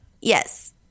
Yes